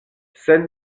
sed